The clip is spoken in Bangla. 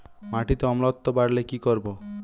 মাটিতে অম্লত্ব বাড়লে কি করব?